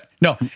No